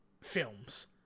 films